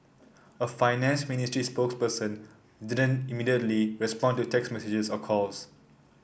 a finance ministry spokesperson didn't immediately respond to text messages or calls